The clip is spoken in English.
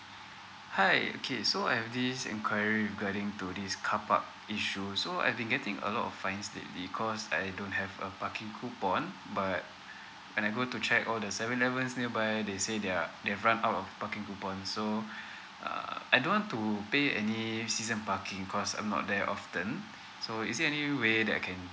hi okay so I have this enquiry regarding to this carpark issue so I've been getting a lot of fines lately because I don't have a parking coupon but when I go to check all the seven elevens nearby they say they've run of out parking coupon so uh I don't want to pay any season parking cause I'm not there often so is there any way that I can